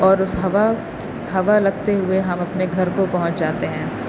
اور اس ہوا ہوا لگتے ہوئے ہم اپنے گھر کو پہنچ جاتے ہیں